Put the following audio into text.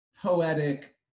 poetic